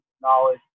knowledge